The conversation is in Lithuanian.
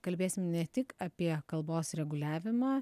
kalbėsim ne tik apie kalbos reguliavimą